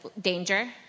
danger